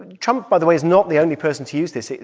trump, by the way, is not the only person to use this.